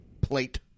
plate